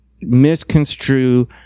misconstrue